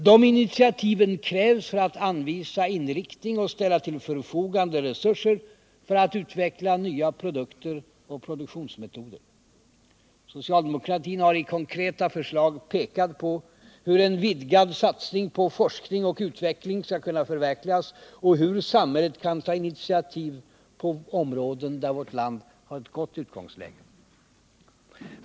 De initiativen krävs för att anvisa inriktning och ställa till förfogande resurser för att utveckla nya produkter och produktionsmetoder. Socialdemokratin har i konkreta förslag pekat på hur en vidgad satsning på forskning och utveckling skall kunna förverkligas och hur samhället kan ta initiativ på områden där vårt land har ett gott utgångsläge.